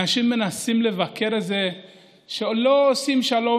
אנשים מנסים לבקר את זה שלא עושים שלום